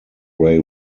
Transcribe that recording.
grey